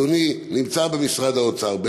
אדוני נמצא במשרד האוצר,